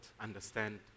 understand